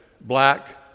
black